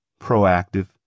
proactive